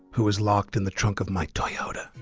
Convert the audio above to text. who is locked in the trunk of my toyota.